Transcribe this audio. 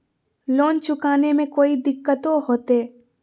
Loan चुकाने में कोई दिक्कतों होते?